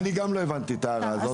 אני גם לא הבנתי את ההערה הזאת,